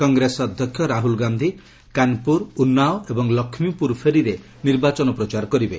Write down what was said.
କଂଗ୍ରେସ୍ ଅଧ୍ୟକ୍ଷ ରାହୁଲ୍ ଗାନ୍ଧି କାନ୍ପୁର ଓନ୍ନାଓ ଏବଂ ଲକ୍ଷୀପୁର ଫେରିରେ ନିର୍ବାଚନ ପ୍ରଚାର କରିବେ